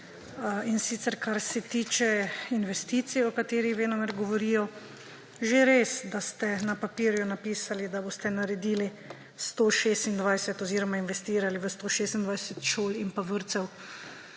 in sicer kar se tiče investicij, o katerih venomer govorijo. Že res, da ste na papirju napisali, da boste investirali v 126 šol in pa vrtcev.